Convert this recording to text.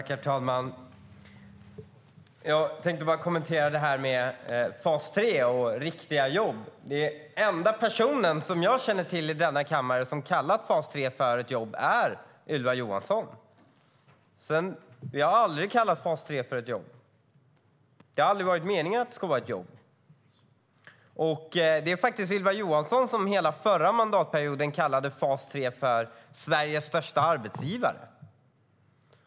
Herr talman! Jag tänkte bara kommentera det här med fas 3 och "riktiga" jobb. Den enda person i denna kammare jag känner till som kallar fas 3 för ett jobb är Ylva Johansson. Vi har aldrig kallat fas 3 för ett jobb. Det har aldrig varit meningen att det ska vara ett jobb. Det var faktiskt Ylva Johansson som hela förra mandatperioden kallade fas 3 för Sveriges största arbetsgivare.